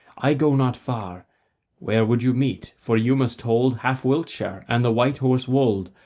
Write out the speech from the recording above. i go not far where would you meet? for you must hold half wiltshire and the white horse wold,